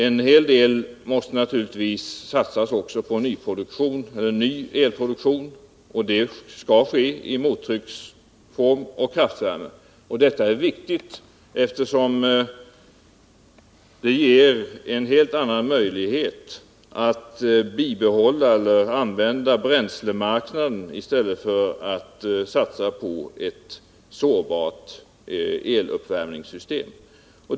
En hel del måste naturligtvis satsas också på ny elproduktion. Det skall ske i mottrycksform och i form av kraftvärme. Detta är viktigt, eftersom det ger en helt annan möjlighet att använda bränslemarknaden i stället för att satsa på ett sårbart eluppvärmningssystem.